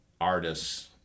artist's